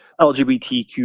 LGBTQ